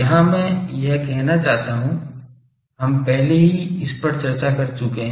यहां मैं यह कहना चाहता हूं हम पहले ही इन पर चर्चा कर चुके हैं